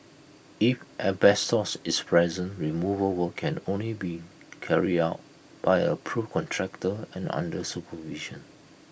if asbestos is present removal work can only be carried out by an approved contractor and under supervision